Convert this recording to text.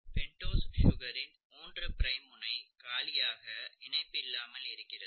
pentose சுகரின் மூன்று prime முனை காலியாக இணைப்பு இல்லாமல் இருக்கிறது